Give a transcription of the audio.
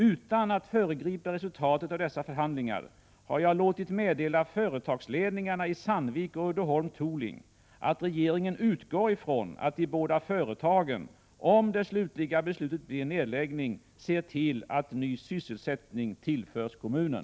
Utan att föregripa resultatet av dessa förhandlingar har jag låtit meddela företagsledningarna i Sandvik och Uddeholm Tooling att regeringen utgår ifrån att de båda företagen, om det slutliga beslutet blir nedläggning, ser till att ny sysselsättning tillförs kommunen.